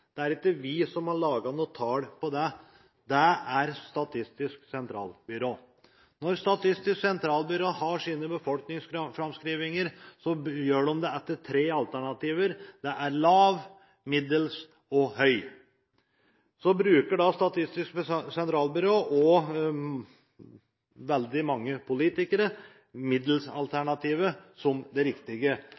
det er ikke vi som har laget tall på det, det er Statistisk sentralbyrå. Når Statistisk sentralbyrå har sine befolkningsframskrivninger, har de tre alternativer – det er lav, middels og høy. Så bruker Statistisk sentralbyrå og veldig mange politikere middelsalternativet som det riktige.